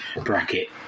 bracket